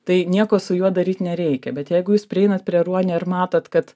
tai nieko su juo daryt nereikia bet jeigu jūs prieinat prie ruonio ir matot kad